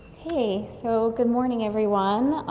ah so good morning, everyone.